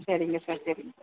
சரிங்க சார் சரிங்